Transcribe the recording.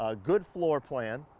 ah good floor plan.